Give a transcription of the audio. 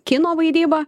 kino vaidyba